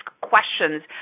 questions